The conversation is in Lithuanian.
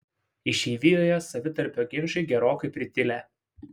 išeivijoje savitarpio ginčai gerokai pritilę